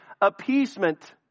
appeasement